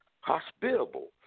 hospitable